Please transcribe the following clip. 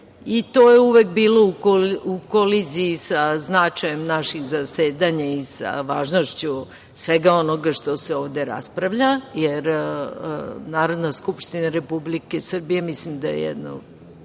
i to je uvek bilo u koliziji sa značajem naših zasedanja i sa važnošću svega onoga što se ovde raspravlja, jer Narodna skupština Republike Srbije mislim da je jedna